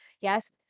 yes